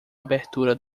abertura